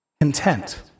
content